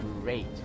great